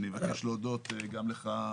אני מבקש להודות גם לך,